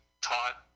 taught